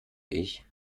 ich